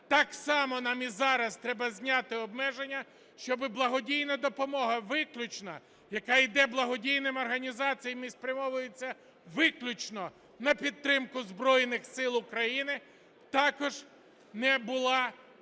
так само нам і зараз треба зняти обмеження, щоби благодійна допомога, виключно яка йде благодійними організаціями і спрямовується виключно на підтримку Збройних Сил України, також не була обтяжена